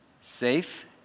Safe